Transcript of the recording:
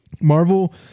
Marvel